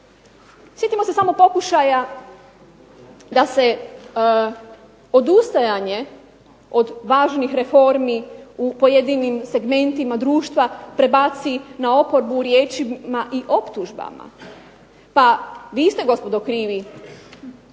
Sjetimo se samo pokušaja da se odustajanje od važnih reformi u pojedinim segmentima društva prebaci na oporbu riječima i optužbama. Pa vi ste gospodo krivi